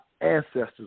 ancestors